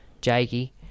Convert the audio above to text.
Jakey